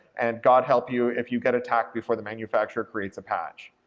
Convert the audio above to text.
and god help you if you get attacked before the manufacturer creates a patch.